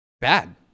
bad